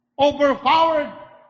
overpowered